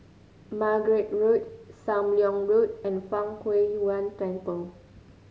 Margate Road Sam Leong Road and Fang Huo Yuan Temple